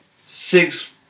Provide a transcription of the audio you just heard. six